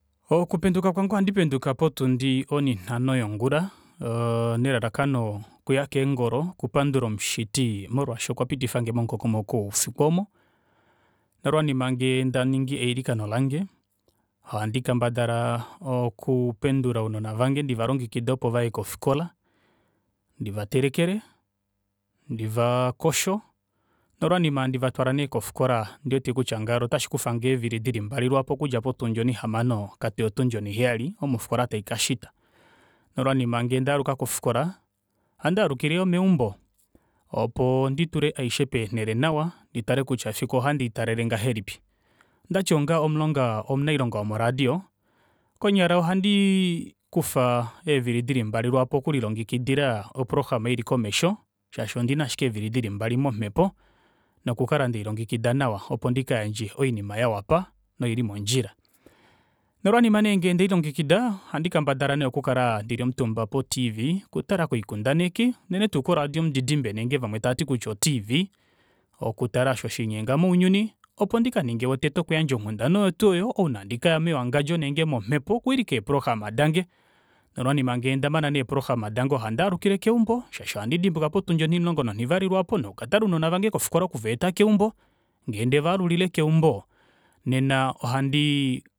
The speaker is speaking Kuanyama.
Okupenduka kwange ohandi penduka potundi onhinano yongula nelalakano okuya keengolo okupandula omushiti molwaashi okwapitifange momukokomoko woufiku oomo nolwanima ngee ndaningi eilikano lange ohandi kendabala oku pendula ounona vange ndivalongekide opo vaye kofikola handi vatelekele handi vakosho nolwanima handi vatwala nee kofikola ondiwete kutya ngaalo otashikufange eevili dili mbali lwaapo okudja potundi onihamano kate opo tundi oniheyali omo ofikola taikashita nolwanima ngee ndaluka kofikola ohandaalukile yoo meumbo opo nditule aishe peenele nawa nditale kutya efiku ohandi litaalele ngahelipi ondati onga omunailonga womo radio konyala ohandi ufa eevili dili mbali lwaapo okulilongekidila oprograma ili komesho shaashi ondina ashike eevili dili mbali momepo noku kala ndelilongekida nawa opo ndikayandje oinima yawapa noili mondjila nolwanima nee ngee ndelilongekida ohandi kendambala nee okukala ndili omutumba po tv okutala koikundaneki unene tuu ko radio yomudidimbe nenge vamwe taati kutya o tv okutala osho shalinyenga mounyuni opo ndikaninge wotete okuyandja onghundana oyo twoo oyo ouna handikaya mewangadjo ile momepo okuwilika eeprograma dange nolwanima ngee ndamane neeprograma dange ohandaalukile keumbo shaashi ohandi dimbuka potundi onimulongo nonivali lwaapo noku katala ounona vange kofikola okuvaeta keumbo ngee ndevalulile keumbo nena ohandii